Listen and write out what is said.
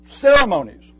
ceremonies